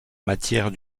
matière